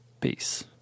Peace